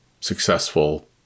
successful